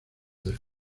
del